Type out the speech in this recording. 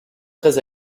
très